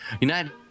United